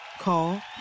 Call